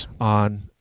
on